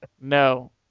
no